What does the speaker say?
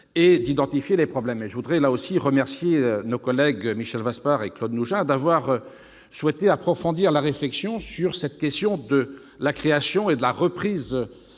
et d'identifier leurs problèmes. Je tiens d'ailleurs à remercier nos collègues Michel Vaspart et Claude Nougein d'avoir souhaité approfondir la réflexion sur la question de la reprise et de la